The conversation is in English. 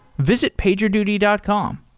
visit pagerduty dot com.